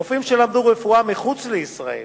רופאים שלמדו רפואה מחוץ לישראל